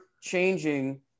changing